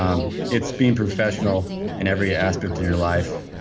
um it's being professional in every aspect of your life.